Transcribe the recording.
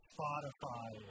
Spotify